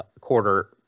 quarter